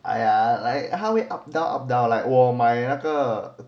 !aiya! eh 他会 up down up down like 我买那个